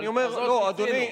לא, אדוני.